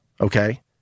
Okay